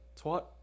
Twat